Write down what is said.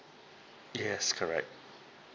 yes correct